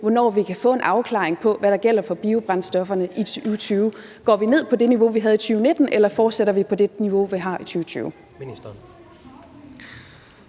hvornår vi kan få en afklaring på, hvad der gælder for biobrændstofferne i 2020? Går vi ned på det niveau, vi havde i 2019, eller fortsætter vi på det niveau, vi har i 2020?